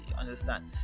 understand